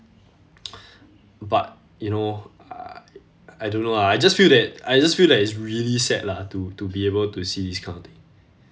but you know I~ I don't know lah I just feel that I just feel like it's really sad lah to to be able to see this kind of thing